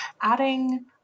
adding